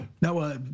Now